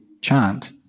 chant